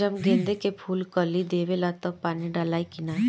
जब गेंदे के फुल कली देवेला तब पानी डालाई कि न?